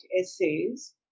essays